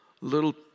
little